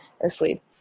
asleep